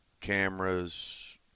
Cameras